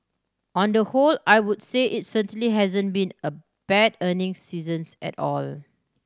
on the whole I would say it certainly hasn't been a bad earning seasons at all